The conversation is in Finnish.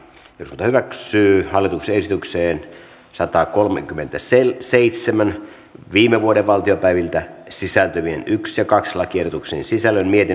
jos hyväksyy hallituksen esitykseen satakolmekymmentässä seitsemän viime vuoden valtiopäiviltä sisältyvien yksia kaksi lakiehdotuksen sisällön mietinnön mukaisena